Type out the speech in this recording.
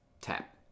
tap